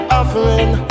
offering